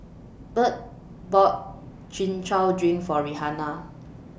Burt bought Chin Chow Drink For Rihanna